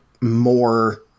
more